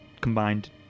combined